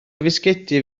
fisgedi